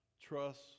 Trust